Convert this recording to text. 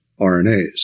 RNAs